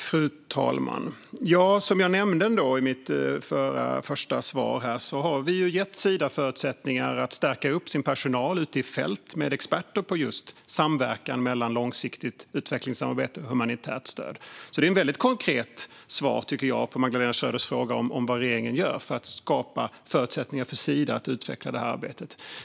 Fru talman! Som jag nämnde i mitt första svar har vi gett Sida förutsättningar att stärka upp sin personal ute i fält med experter på just samverkan mellan långsiktigt utvecklingssamarbete och humanitärt stöd. Det är ett väldigt konkret svar, tycker jag, på Magdalena Schröders fråga om vad regeringen gör för att skapa förutsättningar för Sida att utveckla det här arbetet.